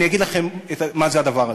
אני אגיד לכם מה זה הדבר הזה.